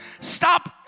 Stop